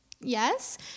yes